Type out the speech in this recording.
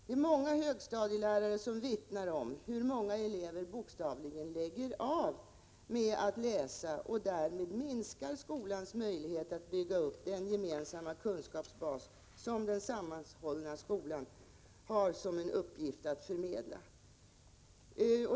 Det är många högstadielärare som vittnar om hur många elever bokstavligen lägger av med att läsa och därmed minskar skolans möjlighet att bygga upp den gemensamma kunskapsbas som den sammanhållna skolan har som en uppgift att förmedla.